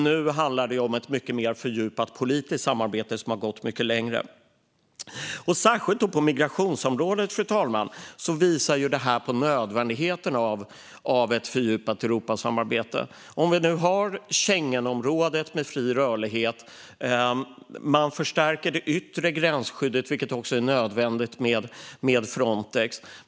Nu handlar det om ett mycket mer fördjupat politiskt samarbete som har gått mycket längre. Särskilt på migrationsområdet, fru talman, visar det här på nödvändigheten av ett fördjupat Europasamarbete. Vi har Schengenområdet med fri rörlighet, och man förstärker det yttre gränsskyddet med Frontex, vilket också är nödvändigt.